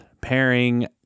pairing